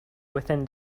within